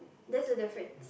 that's the difference